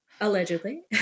allegedly